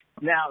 Now